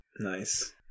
Nice